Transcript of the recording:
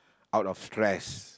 out of stress